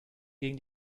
gegen